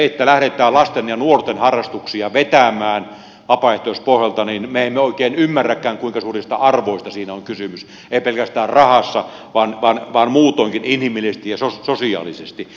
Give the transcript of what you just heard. kun lähdetään lasten ja nuorten harrastuksia vetämään vapaaehtoispohjalta me emme oikein ymmärräkään kuinka suurista arvoista siinä on kysymys ei pelkästään rahassa vaan muutoinkin inhimillisesti ja sosiaalisesti